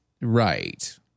right